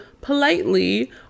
politely